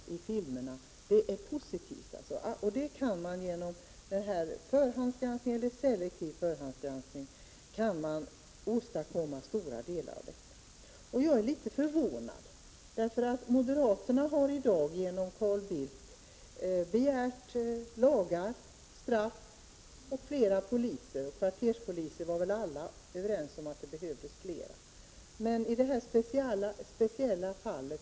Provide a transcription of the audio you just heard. Det går i stor utsträckning att åstadkomma genom en förhandsgranskning eller en selektiv granskning. Jag måste säga att jäg är litet förvånad. Moderaterna har ju i dag genom Carl Bildt begärt nya lagar, skärpta bestämmelser om straff och fler poliser — men alla var vi väl överens om att det behövdes fler kvarterspoliser. Hur är det då i det här fallet?